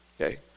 Okay